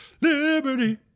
Liberty